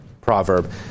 proverb